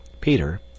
Peter